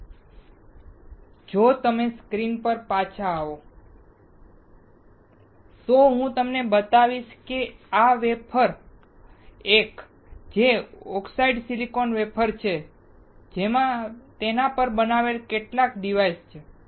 તેથી જો તમે સ્ક્રીન પર પાછા આવો તો હું તમને જે બતાવીશ તે છે આ 1 વેફર જે ઓક્સિડાઇઝ્ડ સિલિકોન વેફર છે જેમાં તેના પર બનાવેલા કેટલાક ડિવાઇસ છે